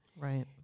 Right